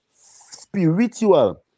spiritual